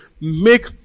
make